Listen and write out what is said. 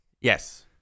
Yes